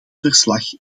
verslag